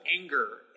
anger